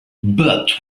but